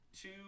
two